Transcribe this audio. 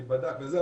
מי בדק וזה,